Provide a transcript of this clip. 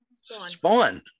spawn